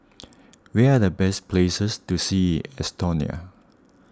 where're the best places to see in Estonia